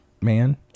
man